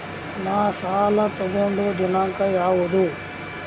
ನಾ ಸಾಲ ತಗೊಂಡು ದಿನಾಂಕ ಯಾವುದು?